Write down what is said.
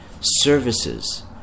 services